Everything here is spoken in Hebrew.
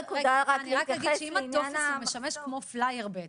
אני רק אגיד שאם הטופס משמש כמו פלייר וזה